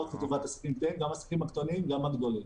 גם הקטנים והגדולים.